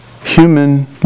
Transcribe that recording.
human